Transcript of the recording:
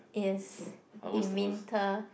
yes in winter